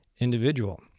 individual